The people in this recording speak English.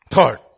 Third